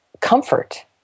comfort